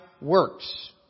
works